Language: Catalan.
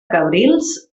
cabrils